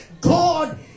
God